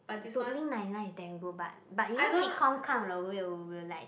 Brooklyn-Nine-Nine is damn good but but you know Sitcom 看了 will will like